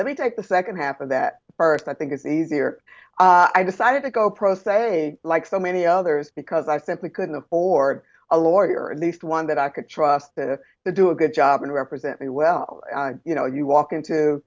let me take the second half of that first i think it's easier i decided to go pro se like so many others because i simply couldn't afford a lawyer or at least one that i could try to do a good job and represent me well you know you walk into